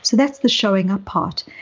so that's the showing up part.